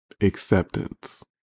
Acceptance